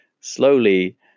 slowly